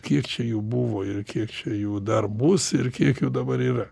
kiek čia jų buvo ir kiek čia jų dar bus ir kiek jų dabar yra